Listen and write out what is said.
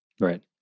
Right